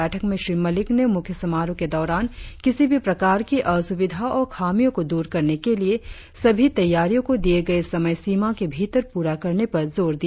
बैठक में श्री मलिक ने मुख्य समारोह के दौरान किसी भी प्रकार की असुविधा और खामियो को दूर करने के लिए सभी तैयारियो को दिए गए समय सीमा के भीतर प्ररा करने पर जोर दिया